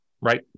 right